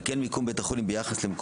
על כן מיקום בית החולים ביחס למקום